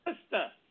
sister